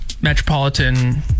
Metropolitan